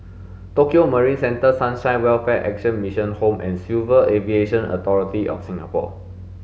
Tokio Marine Centre Sunshine Welfare Action Mission Home and Civil Aviation Authority of Singapore